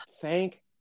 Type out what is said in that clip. thank